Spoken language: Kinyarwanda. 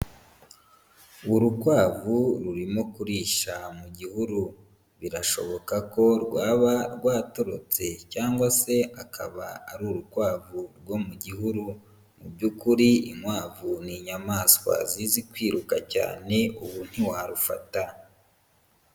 Urukwavu rurimo kurisha mu gihuru, birashoboka ko rwaba rwatorotse cyangwa se akaba ari urukwavu rwo mu gihuru mu by'ukuri inkwavu ni inyamaswa zizi kwiruka cyane ubu ntiwarufata.